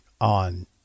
on